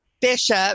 Bishop